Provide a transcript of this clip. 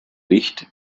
licht